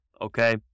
Okay